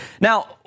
Now